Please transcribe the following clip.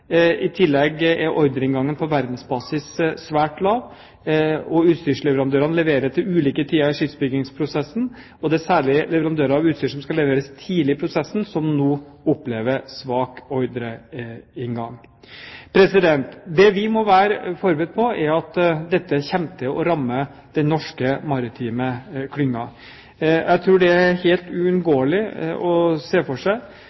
I tillegg er ordreinngangen på verdensbasis svært lav. Utstyrsleverandørene leverer til ulike tider i skipsbyggingsprosessen, og det er særlig leverandører av utstyr som skal leveres tidlig i prosessen, som nå opplever svak ordreinngang. Det vi må være forberedt på, er at dette kommer til å ramme den norske maritime klyngen. Jeg tror det er helt uunngåelig å se for seg